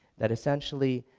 that essentially